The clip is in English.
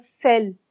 cell